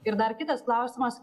ir dar kitas klausimas